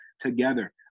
together